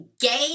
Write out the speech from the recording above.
gay